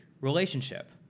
relationship